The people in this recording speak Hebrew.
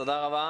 תודה רבה